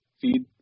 feed